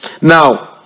Now